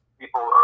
people